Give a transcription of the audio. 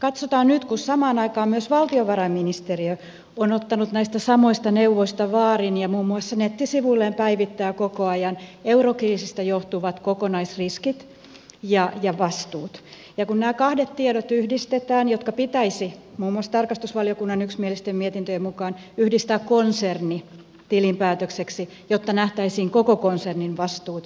katsotaan nyt kun samaan aikaan myös valtiovarainministeriö on ottanut näistä samoista neuvoista vaarin ja muun muassa nettisivuilleen päivittää koko ajan eurokriisistä johtuvat kokonaisriskit ja vastuut ja nämä kahdet tiedot yhdistetään jotka pitäisi muun muassa tarkastusvaliokunnan yksimielisten mietintöjen mukaan yhdistää konsernitilinpäätökseksi jotta nähtäisiin koko konsernin vastuut ja riskit